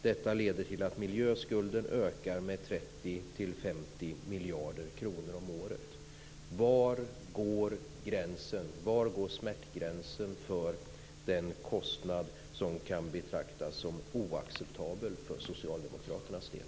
Detta leder till att miljöskulden ökar med 30 Var går smärtgränsen för den kostnad som kan betraktas som oacceptabel för socialdemokraternas del?